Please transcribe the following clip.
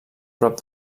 prop